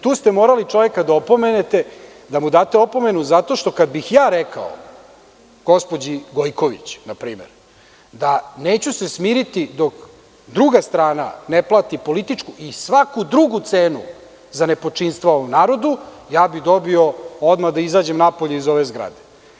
Tu ste morali čoveka da opomenete, da mu date opomenu zato što kad bih ja rekao gospođi Gojković na primer da se neću smiriti dok druga strana ne plati političku i svaku drugu cenu za nepočinstva ovom narodu, ja bih dobio odmah da izađem napolje iz ove zgrade.